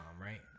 right